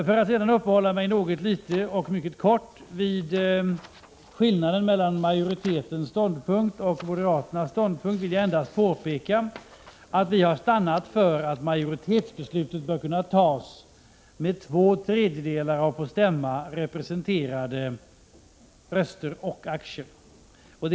För att sedan uppehålla mig mycket kort vid skillnaden mellan majoritetens ståndpunkt och moderaternas ståndpunkt vill jag endast påpeka att vi har stannat för att majoritetsbeslutet bör kunna fattas med två tredjedelar av på stämma representerade aktier och avgivna röster.